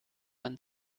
man